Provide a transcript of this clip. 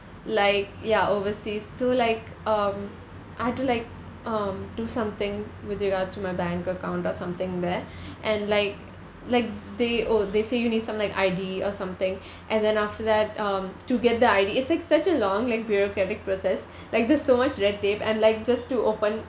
like ya overseas so like um I had to like um do something with regards to my bank account or something there and like like they oh they say you need some like I_D or something and then after that um to get the I_D it's like such a long like bureaucratic process like there's so much red tape and like just to open